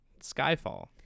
Skyfall